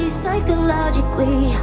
psychologically